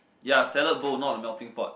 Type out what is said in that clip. ya salad bowl not the melting pot